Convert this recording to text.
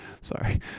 sorry